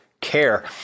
care